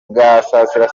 gasasira